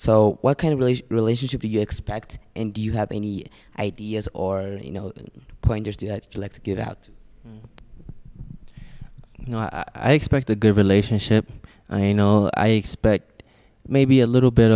so what kind of relationship do you expect and do you have any ideas or you know pointers to get out you know i expect a good relationship i know i expect maybe a little bit